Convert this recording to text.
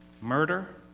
murder